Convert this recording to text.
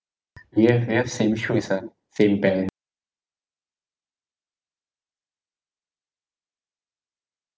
we have we have same shoes ah same pant